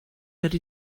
ydy